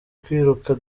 kwiruka